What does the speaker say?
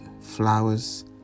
flowers